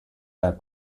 that